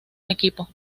equipo